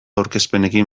aurkezpenekin